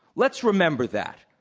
let's remember that,